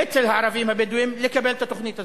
אצל הערבים הבדואים בדרום, לקבל את התוכנית הזאת.